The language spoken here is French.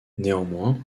néanmoins